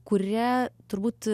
kuria turbūt